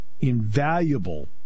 invaluable